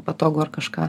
patogu ar kažką